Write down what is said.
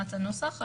ברמת הנוסח.